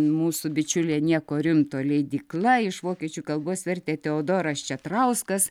mūsų bičiulė nieko rimto leidykla iš vokiečių kalbos vertė teodoras četrauskas